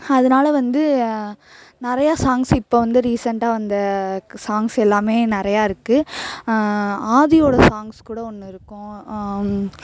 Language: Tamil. அதனால வந்து நிறையா சாங்ஸ் இப்போ வந்து ரீசண்ட்டாக வந்த சாங்ஸ் எல்லாமே நிறையா இருக்குது ஆதியோட சாங்ஸ் கூட ஒன்று இருக்கும்